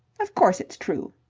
of course it's true.